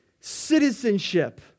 citizenship